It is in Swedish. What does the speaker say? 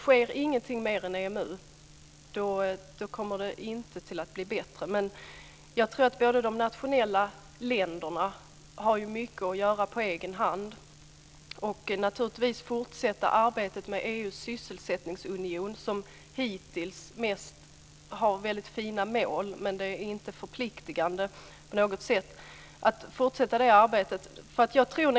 Sker ingenting mer än EMU kommer det inte att bli bättre. Nationerna har ju mycket att göra på egen hand, och arbetet med EU:s sysselsättningsunion fortsätter naturligtvis. Det har hittills mest haft väldigt fina mål, men det är inte förpliktigande på något sätt att fortsätta det arbetet.